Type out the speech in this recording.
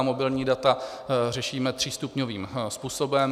Mobilní data řešíme třístupňovým způsobem.